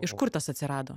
iš kur tas atsirado